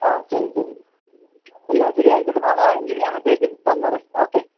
ആ ശരി ശരി എന്നാൽ ശരി ആയിക്കോട്ടെ നാളെ അഞ്ചു മണിയാവുമ്പോഴത്തേക്കും തന്നേരെ ഓക്കേ